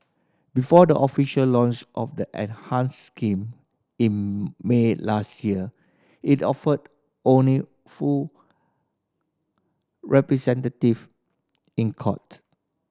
before the official launch of the enhanced scheme in May last year it offered only full representative in court